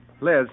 Liz